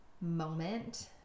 moment